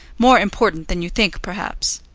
more important than you think, perhaps.